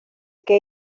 que